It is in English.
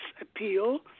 appeal